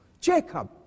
Jacob